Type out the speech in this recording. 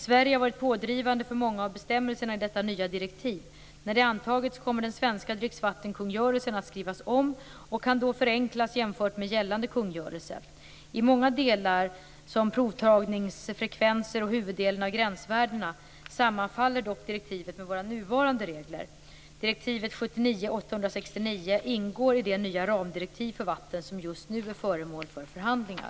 Sverige har varit pådrivande för många av bestämmelserna i detta nya direktiv. När det antagits kommer den svenska dricksvattenkungörelsen att skrivas om och kan då förenklas jämfört med gällande kungörelse. I många delar, som provtagningsfrekvenser och huvuddelen av gränsvärdena, sammanfaller dock direktivet med våra nuvarande regler. Direktivet 79/869 ingår i det nya ramdirektiv för vatten som just nu är föremål för förhandlingar.